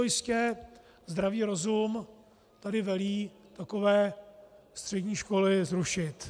Jistojistě zdravý rozum tady velí takové střední školy zrušit.